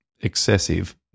excessive